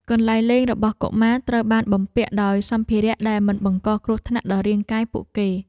កន្លែងលេងរបស់កុមារត្រូវបានបំពាក់ដោយសម្ភារៈដែលមិនបង្កគ្រោះថ្នាក់ដល់រាងកាយពួកគេ។